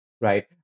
Right